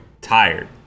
Tired